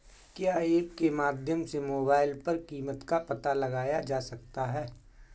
क्या ऐप के माध्यम से मोबाइल पर कीमत का पता लगाया जा सकता है?